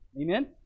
Amen